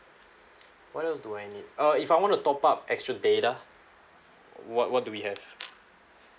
what else do I need err if I want to top up extra data what what do we have